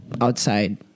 outside